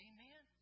Amen